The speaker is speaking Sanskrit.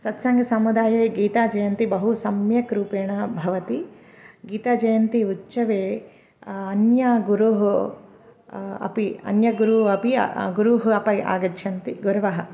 सत्सङ्गसमुदाये गीताजयन्ती बहु सम्यक् रूपेण भवति गीताजयन्ति उच्चवे अन्य गुरोः अपि अन्य गुरुः अपि गुरुः अपय् आगच्छन्ति गुरवः